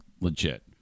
legit